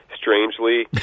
Strangely